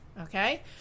okay